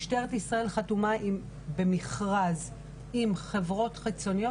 משטרת ישראל חתומה במכרז עם חברות חיצוניות